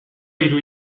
hiru